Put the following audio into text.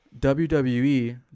WWE